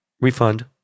refund